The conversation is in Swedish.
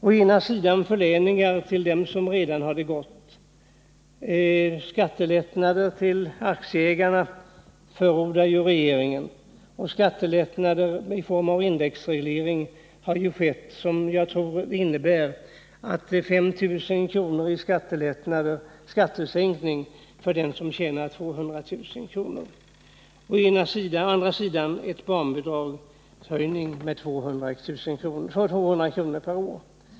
Å ena sidan ges det förläningar till dem som redan har det gott — regeringen förordar ju skattelättnader till aktieägarna, och de skattelättnader i form av indexreglering som genomförts innebär skattesänkning med 5 000 kr. för dem som tjänar 200 000 kr. per år — å andra sidan höjs barnbidraget med 200 kr. per år.